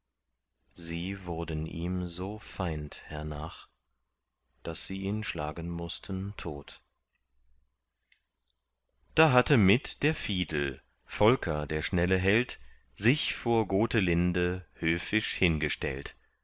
sie wurden ihm so feind hernach daß sie ihn schlagen mußten tot da hatte mit der fiedel volker der schnelle held sich vor gotelinde höfisch hingestellt